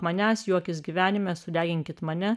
manęs juokis gyvenime sudeginkit mane